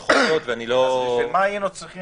יכול להיות --- אז בשביל מה היינו צריכים